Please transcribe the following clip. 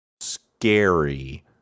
scary